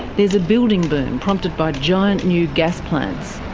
there's a building boom, prompted by giant new gas plants.